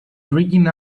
drinking